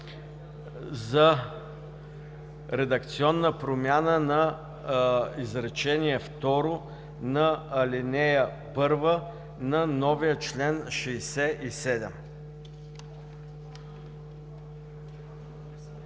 за редакционна промяна на изречение второ от ал. 1 на новия чл. 67.